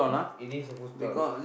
it is a food stall